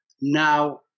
Now